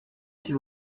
s’il